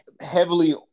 heavily